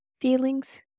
feelings